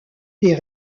des